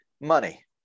Money